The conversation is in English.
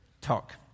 Talk